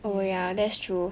yeah